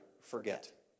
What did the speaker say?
forget